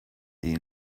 den